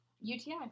UTI